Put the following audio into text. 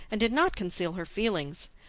and did not conceal her feelings.